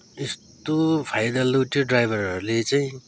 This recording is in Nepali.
यस्तो फाइदा लुट्यो ड्राइभरहरूले चाहिँ